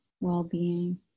well-being